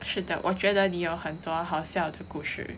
是的我觉得你有很多好笑的故事